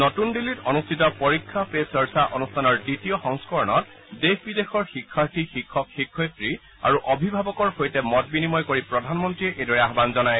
নতুন দিল্লীত অনুষ্ঠিত পৰীক্ষা পে চৰ্চা অনুষ্ঠানৰ দ্বিতীয় সংস্কৰণত দেশ বিদেশৰ শিক্ষাৰ্থী শিক্ষক শিক্ষয়িত্ৰী আৰু অভিভাৱকসকলৰ সৈতে মত বিনিময় কৰি প্ৰধানমন্ত্ৰীয়ে এইদৰে আহান জনায়